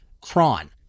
Cron